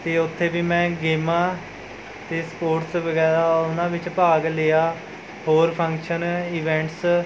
ਅਤੇ ਉੱਥੇ ਵੀ ਮੈਂ ਗੇਮਾਂ ਅਤੇ ਸਪੋਟਸ ਵਗੈਰਾ ਉਨ੍ਹਾਂ ਵਿੱਚ ਭਾਗ ਲਿਆ ਹੋਰ ਫੰਕਸ਼ਨ ਈਵੈਂਟਸ